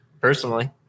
personally